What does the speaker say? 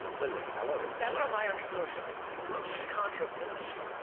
listen, i love it. that's how my entrepreneurship works. look man. contra bitch.